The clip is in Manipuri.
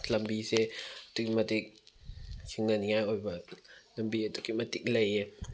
ꯂꯝꯕꯤꯁꯦ ꯑꯗꯨꯛꯀꯤ ꯃꯇꯤꯛ ꯁꯤꯡꯅꯅꯤꯡꯉꯥꯏ ꯑꯣꯏꯕ ꯂꯝꯕꯤ ꯑꯗꯨꯛꯀꯤ ꯃꯇꯤꯛ ꯂꯩꯌꯦ